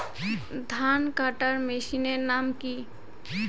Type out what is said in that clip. ধান কাটার মেশিনের নাম কি?